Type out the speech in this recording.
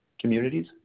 communities